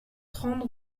trente